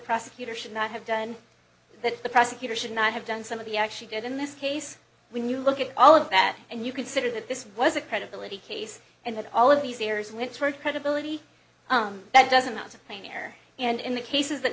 prosecutor should not have done that the prosecutor should not have done some of the actually did in this case when you look at all of that and you consider that this was a credibility case and that all of these areas which hurt credibility that doesn't out of pain here and in the cases that